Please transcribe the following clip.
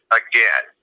again